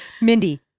Mindy